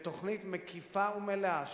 בתוכנית מקיפה ומלאה,